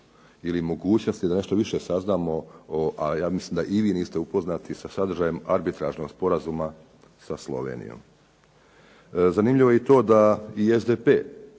ili mogućnosti da nešto više saznamo o, a ja mislim da i vi niste upoznati sa sadržajem arbitražnog sporazuma sa Slovenijom. Zanimljivo je i to da i SDP